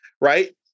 right